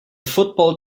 football